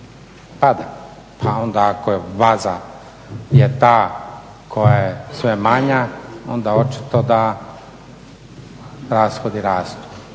pada. Pa onda ako je vaza jer ta koja je sve manja, onda očito da rashodi rastu.